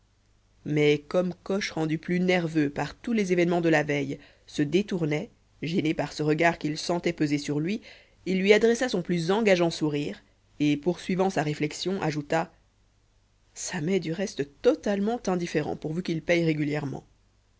mais comme coche rendu plus nerveux par tous les événements de la veille se détournait gêné par ce regard qu'il sentait peser sur lui il lui adressa son plus engageant sourire et poursuivant sa réflexion ajouta ça m'est du reste totalement indifférent pourvu qu'il paye régulièrement